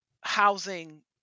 housing